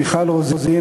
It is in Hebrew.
מיכל רוזין,